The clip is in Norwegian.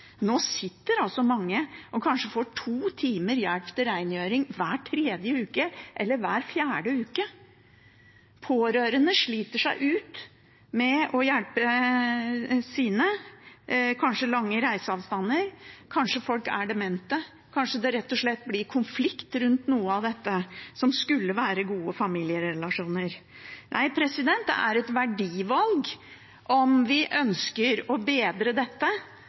Nå sitter mange og får kanskje to timer hjelp til rengjøring hver tredje eller hver fjerde uke. Pårørende sliter seg ut med å hjelpe sine. Det er kanskje lange reiseavstander, kanskje folk er demente, kanskje det rett og slett blir konflikt rundt dette, som skulle være gode familierelasjoner. Det er et verdivalg om vi ønsker å bedre dette,